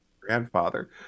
Grandfather